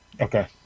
Okay